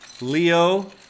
Leo